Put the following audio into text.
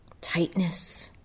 Tightness